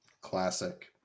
classic